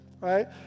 right